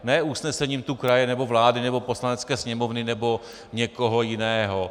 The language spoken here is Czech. Ne usnesením tu kraje nebo vlády nebo Poslanecké sněmovny nebo někoho jiného.